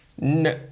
No